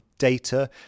data